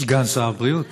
שר הבריאות,